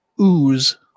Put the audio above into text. ooze